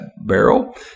barrel